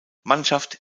mannschaft